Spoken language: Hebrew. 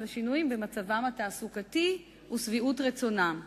לשינויים במצבם התעסוקתי ושביעות רצונם.